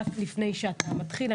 לפני שאתה מתחיל,